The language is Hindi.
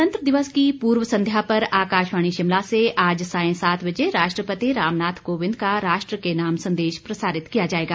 गणतंत्र दिवस की पूर्व संध्या पर आकाशवाणी शिमला से आज सायं सात बजे राष्ट्रपति रामनाथ कोविंद का राष्ट्र के नाम संदेश प्रसारित किया जाएगा